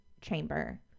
chamber